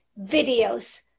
videos